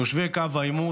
תושבי קו העימות,